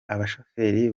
abashoferi